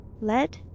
lead